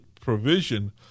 provision